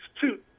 two